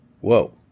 Whoa